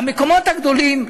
המקומות הגדולים,